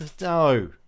No